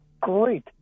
Great